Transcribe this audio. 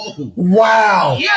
Wow